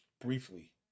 briefly